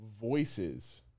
voices